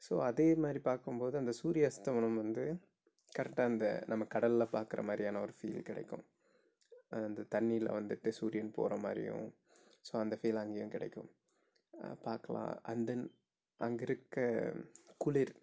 so அதே மாதிரி பார்க்கும்போது அந்த சூரிய அஸ்தமனம் வந்து கரெக்டாக அந்த நம்ம கடலில் பார்க்குற மாதிரியான ஒரு ஃபீல் கிடைக்கும் அது அந்த தண்ணியில் வந்துட்டு சூரியன் போகிற மாதிரியும் ஸோ அந்த ஃபீல் அங்கேயும் கிடைக்கும் பார்க்குலாம் அண்ட் தென் அங்கேருக்க குளிர்